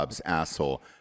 asshole